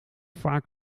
vaak